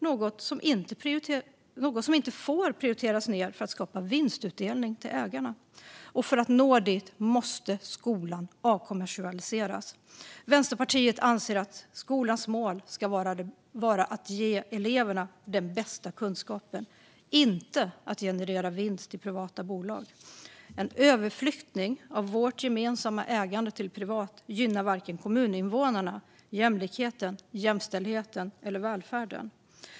Det är något som inte får prioriteras ned för att skapa vinstutdelning till ägarna. För att nå dit måste skolan avkommersialiseras. Vänsterpartiet anser att skolans mål ska vara att ge eleverna den bästa kunskapen, inte att generera vinst till privata bolag. En överflyttning av vårt gemensamma ägande till privat ägande gynnar varken kommuninvånarna, jämlikheten, jämställdheten eller välfärden.